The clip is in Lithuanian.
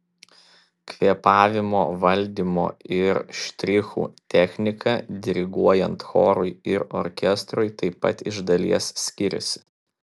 kvėpavimo valdymo ir štrichų technika diriguojant chorui ir orkestrui taip pat iš dalies skiriasi